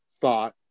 thought